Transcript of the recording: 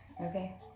okay